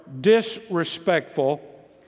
disrespectful